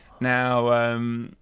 now